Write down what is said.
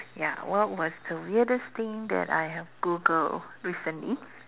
ya what was the weirdest thing that I have Googled recently